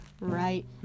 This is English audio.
right